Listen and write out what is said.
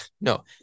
no